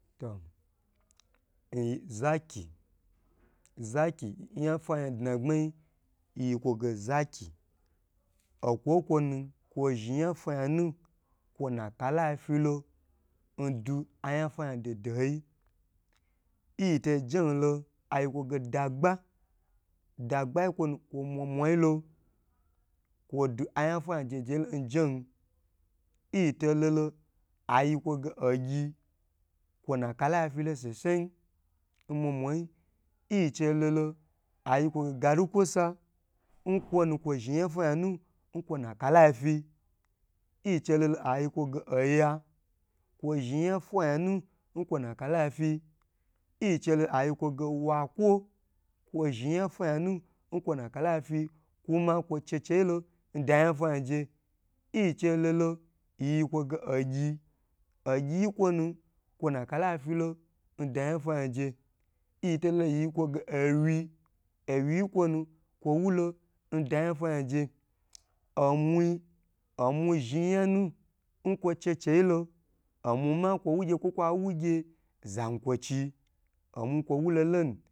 To, oi-zaki, zaki, nya fwanya dna gbmai, yi yi kwo ge zaki, o kwo n kwonu kwo zhni nyafwa nya nu, kwo nna kalai fyi lo, n dwu anya fwa nya doho doho yi, yin che jen lo ayi kwo ge dagba, dagbai kwonu kwo mwa mwa yi lo. Kwo dwu anya fwanya doho doho yi lo njen. Yin che lolo ayi kwo ge ogyi, kwo n na kala fyilo sosai, n mwamwayi, yin che lolo ayige galu kwosa, n kwonu kwo zhni nya fwanya nu n kwonu kwo zhni nya fwanya nu n kwo n na kalai fyi, yin che lolo ayi kwo ge oya, kwo zhni nyafwa nyanu n kwo n na kalai fyi, yin che lo ayi kwo ge wakwo, kwo zhni nya fwa nya nu n kwo n na kalai fyi, kuma kwo checheyilo n dwu anya fwanya je. Yin che lolo ayi kwo ge ogyi, ogyi-i kwonu kwon na kalai fyilo n dwu anya fwanya je. Yin che jen nyi lo ayi kwoge owyi, owyi-i kwo nu, kwo wu lon dwu anya fanya je. Omwui, omwui zhni nyanu nlawo checheyi lo, omwu ma kwo wulo n gyen kwa wu gye zankwochi, omwu kwo wulo lo nu.